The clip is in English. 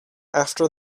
after